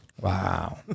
Wow